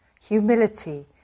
humility